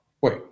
wait